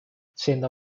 siendo